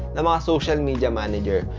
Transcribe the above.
um ah social media managers.